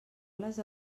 les